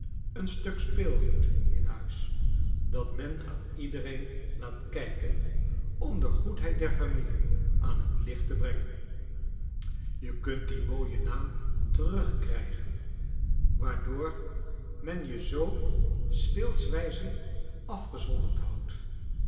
een stuk speelgoed in huis dat men aan iedereen laat kijken om de goedheid der familie aan het licht te brengen je kunt dien mooien naam terug krijgen waardoor men je zoo speelswijze afgezonderd houdt